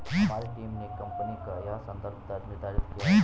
हमारी टीम ने कंपनी का यह संदर्भ दर निर्धारित किया है